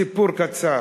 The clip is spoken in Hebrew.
סיפור קצר.